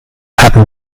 hatten